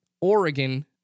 Oregon